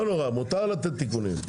לא נורא, מותר לתת תיקונים.